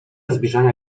zbliżania